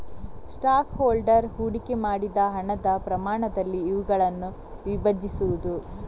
stock holder ಹೂಡಿಕೆ ಮಾಡಿದ ಹಣದ ಪ್ರಮಾಣದಲ್ಲಿ ಇವುಗಳನ್ನು ವಿಭಜಿಸುವುದು